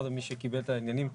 מי שקיבל את העניינים,